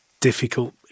difficult